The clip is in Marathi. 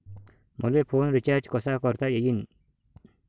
मले फोन रिचार्ज कसा करता येईन?